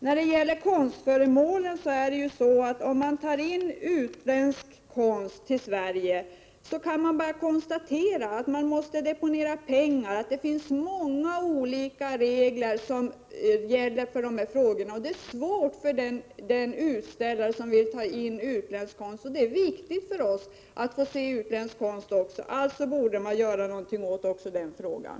När det gäller skatten på konstföremål vill jag säga att det nu är så att man, om man tar in utländsk konst till Sverige, måste deponera pengar, och det är många olika regler som gäller för det. Det gör det svårt för den utställare som vill ta in utländsk konst, och det är viktigt för oss att få se även utländsk konst. Alltså borde man göra någonting åt också den saken.